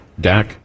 Dak